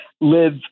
live